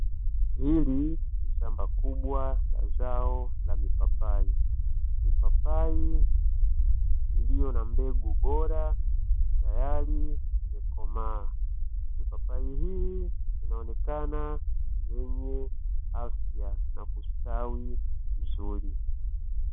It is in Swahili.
Hili ni shamba kubwa la zao la mipapai , mipapai iliyo na mbegu bora tayari imekomaa mipapai hii inaonekana ni yenye afya na kustawi vizuri.